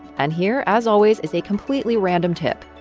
and here, as always, is a completely random tip,